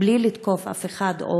בלי לתקוף אף אחד,